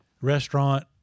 restaurant